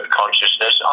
consciousness